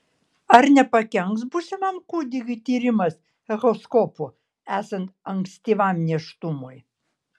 ar nepakenks būsimam kūdikiui tyrimas echoskopu esant ankstyvam nėštumui